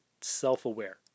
self-aware